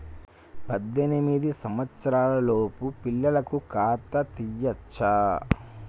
పద్దెనిమిది సంవత్సరాలలోపు పిల్లలకు ఖాతా తీయచ్చా?